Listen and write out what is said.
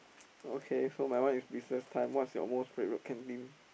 oh okay so my one is business time what's your most favourite canteen